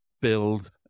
build